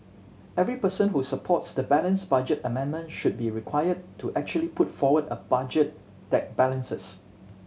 every person who supports the balanced budget amendment should be required to actually put forward a budget that balances